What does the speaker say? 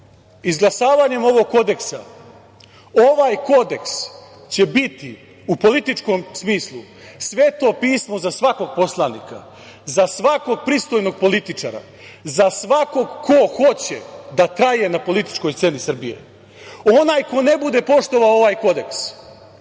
izglasavanjem ovog kodeksa, ovaj kodeks će biti u političkom smislu sveto pismo za svakog poslanika, za svakog pristojnog političara, za svakoga ko hoće da traje na političkoj sceni Srbije. Onaj ko ne bude poštovao ovaj kodeks